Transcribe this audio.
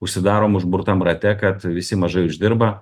užsidarom užburtam rate kad visi mažai uždirba